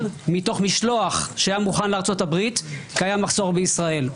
מתוך משלוח שהיה מוכן לארצות הברית כי היה מחסור בישראל.